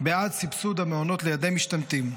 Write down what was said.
בעד סבסוד המעונות לילדי משתמטים,